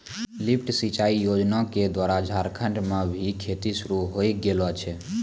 lift सिंचाई योजना क द्वारा झारखंड म भी खेती शुरू होय गेलो छै